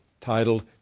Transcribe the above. titled